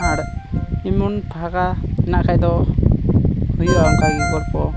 ᱟᱨ ᱮᱢᱚᱱ ᱯᱷᱟᱠᱟ ᱢᱮᱱᱟᱜ ᱠᱷᱟᱱ ᱫᱚ ᱦᱩᱭᱩᱜᱼᱟ ᱚᱱᱠᱟ ᱜᱮ ᱜᱚᱞᱯᱚ